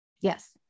yes